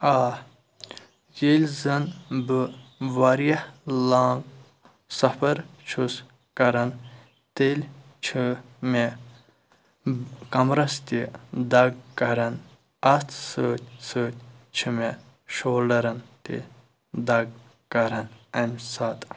آ ییٚلہِ زن بہٕ واریاہ لانٛگ سفر چھُس کران تیٚلہِ چھِ مےٚ کمبرَس تہِ دگ کَران اَتھ سۭتۍ سۭتۍ چھِ مےٚ شولڈَرَن تہِ دگ کَران اَمہِ ساتہٕ